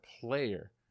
player